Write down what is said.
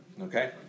okay